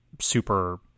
super